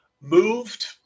moved